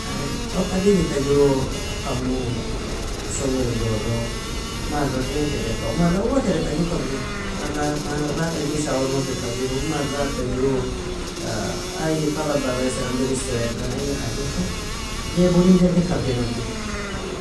Oka digidta ju kammun shongirin doro, marrateen terka marra uwo tereka ju kabru, marra marrata ju shawurma kir kabjiru, marrata ju ay talaba meselana biristoya ekan, ay hajeka jaib unin geddig, kabja nogjiru.